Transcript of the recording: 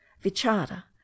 vichada